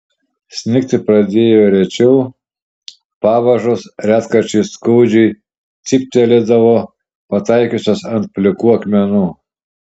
snigti pradėjo rečiau pavažos retkarčiais skaudžiai cyptelėdavo pataikiusios ant plikų akmenų